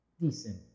decent